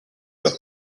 leurs